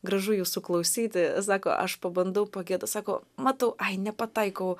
gražu jūsų klausyti sako aš pabandau pagiedu sako matau ai nepataikau